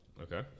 Okay